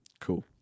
Cool